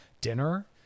Dinner